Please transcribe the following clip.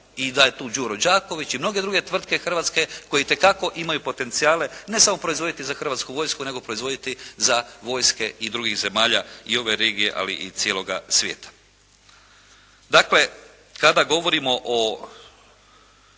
I da je tu "Đuro Đaković" i mnoge druge tvrtke Hrvatske koje itekako imaju potencijale, ne samo proizvoditi za Hrvatsku vojsku, nego proizvoditi za vojske i drugih zemalja i ove regije, ali i cijeloga svijeta. Dakle, kada govorimo o